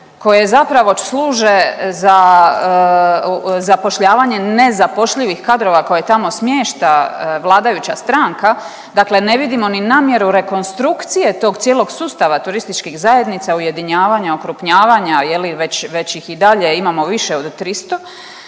koje zapravo služe za zapošljavanje nezapošljivih kadrova koje tamo smješta vladajuća stranka, dakle ne vidimo ni namjeru rekonstrukcije tog cijelog sustava turističkih zajednica, ujedinjavanja, okrupnjavanja, je li već ih i dalje imamo više od 300.